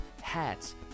hats